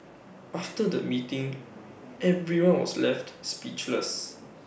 after the meeting everyone was left speechless